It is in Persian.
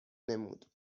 نمود